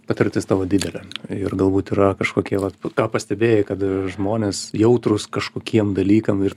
patirtis tavo didelė ir galbūt yra kažkokie vat ką pastebėjai kad žmonės jautrūs kažkokiem dalykam ir